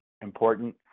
important